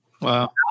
Wow